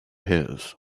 his